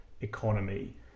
economy